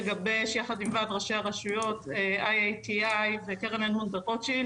לגבש יחד עם ועד ראשי הרשויות IATI וקרן אדמונד ברוטשילד,